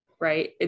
right